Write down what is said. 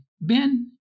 Ben